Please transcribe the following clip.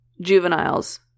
juveniles